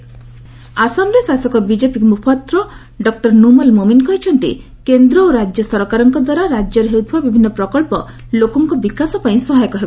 Assam development ଆସାମରେ ଶାସକ BJP ମୁଖପାତ୍ର ଡକ୍ଟର ନୁମଲ ମୋମିନ୍ କହିଛନ୍ତି କେନ୍ଦ୍ର ଓ ରାଜ୍ୟ ସରକାରଙ୍କଦ୍ୱାରା ରାଜ୍ୟରେ ହେଉଥିବା ବିଭିନ୍ନ ପ୍ରକଳ୍ପ ଲୋକଙ୍କ ବିକାଶ ପାଇଁ ସହାୟକ ହେବ